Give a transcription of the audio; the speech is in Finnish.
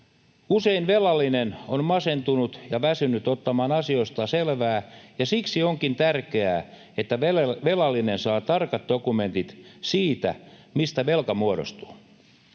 Usein velallinen on masentunut ja väsynyt ottamaan asioista selvää, ja siksi onkin tärkeää, että velallinen saa tarkat dokumentit siitä, mistä velka muodostuu.